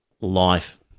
life